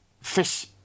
fish